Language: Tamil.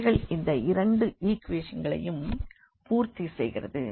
இவைகள் இந்த இரண்டு ஈக்வேஷன்களையும் இவை பூர்த்தி செய்கிறது